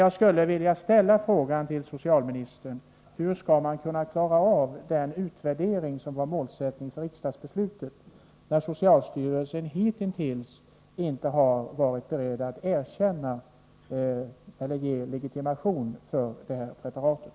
Jag skulle vilja fråga socialministern: Hur skall man kunna klara av den utvärdering som var syftet med riksdagsbeslutet, när socialstyrelsen hitintills inte har varit beredd att ge legitimation när det gäller detta preparat?